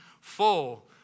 full